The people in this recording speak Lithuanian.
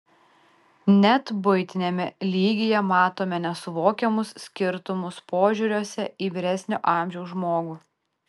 net buitiniame lygyje matome nesuvokiamus skirtumus požiūriuose į vyresnio amžiaus žmogų